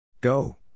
Go